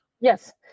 Yes